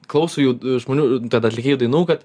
klauso jų žmonių tad atlikėjų dainų kad